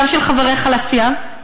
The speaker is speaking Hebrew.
גם של חבריך לסיעה,